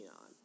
on